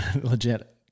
legit